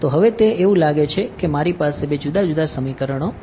તો હવેતે એવું લાગે છે કે મારી પાસે બે જુદા જુદા સમીકરણો છે